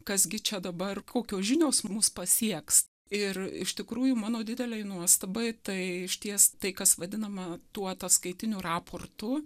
kas gi čia dabar kokios žinios mus pasieks ir iš tikrųjų mano didelei nuostabai tai išties tai kas vadinama tuo ataskaitiniu raportu